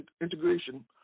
integration